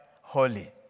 holy